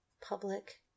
public